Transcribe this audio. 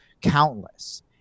countless